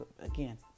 Again